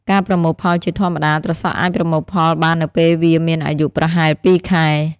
ការប្រមូលផលជាធម្មតា ត្រសក់អាចប្រមូលផលបាននៅពេលវាមានអាយុប្រហែល ២ ខែ។